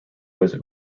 was